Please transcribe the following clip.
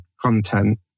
content